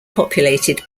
populated